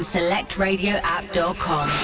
SelectRadioApp.com